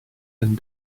and